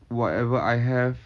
whatever I have